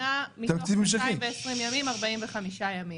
בפעם האחרונה מתוך 220 ימים 45 ימים.